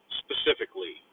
specifically